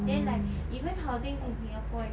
then like even housing in singapore